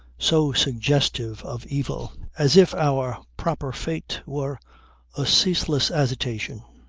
so suggestive of evil as if our proper fate were a ceaseless agitation?